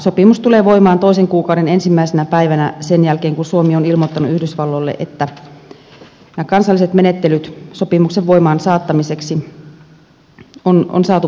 sopimus tulee voimaan toisen kuukauden ensimmäisenä päivänä sen jälkeen kun suomi on ilmoittanut yhdysvalloille että nämä kansalliset menettelyt sopimuksen voimaansaattamiseksi on saatu päätökseen